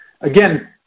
again